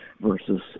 versus